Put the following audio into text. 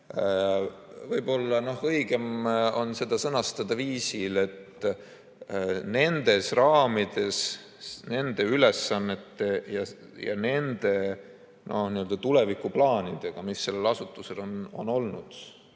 Võib-olla õigem on seda sõnastada viisil, et nendes raamides nende ülesannete ja nende tulevikuplaanidega, mis sellel asutusel on olnud